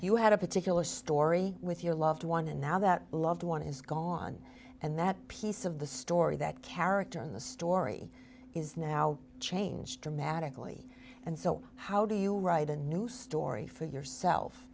you had a particular story with your loved one and now that loved one is gone and that piece of the story that character in the story is now changed dramatically and so how do you write a new story for yourself